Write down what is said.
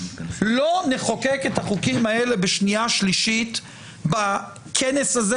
לא נחוקק את החוקים האלה בשנייה שלישית בכנס הזה,